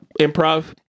improv